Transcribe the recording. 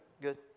Good